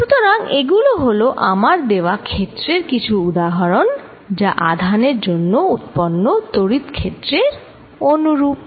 সুতরাং এগুলো হল আমার দেওয়া ক্ষেত্রের কিছু উদাহরণ যা আধানের জন্য উৎপন্ন তড়িৎ ক্ষেত্রের অনুরূপ